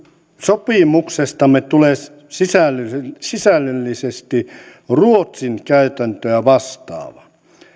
sopimuksestamme tulee sisällöllisesti sisällöllisesti ruotsin käytäntöä vastaava